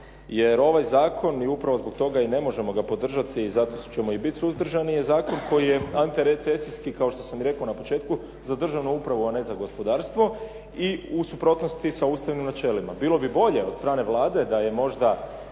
Jer ovaj zakon i upravo zbog toga i ne možemo ga podržati, zato ćemo i biti suzdržani, je zakon koji je antirecesijski kao što sam rekao na početku za državnu upravu a ne za gospodarstvo i u suprotnosti je sa ustavnim načelima. Bilo bi bolje od strane Vlade da je možda